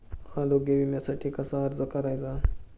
आरोग्य विम्यासाठी कसा अर्ज करायचा?